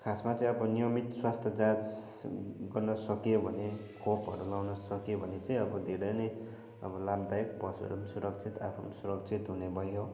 खासमा चाहिँ अब नियमित स्वास्थ्य जाँच गर्नसकियो भने खोपहरू लाउनसकियो भने चाहिँ अब धेरै नै अब लाभदायक पशुहरू पनि सुरक्षित आफू पनि सुरक्षित हुनेभयो